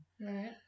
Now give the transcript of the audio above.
Right